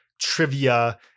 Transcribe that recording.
trivia